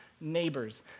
neighbors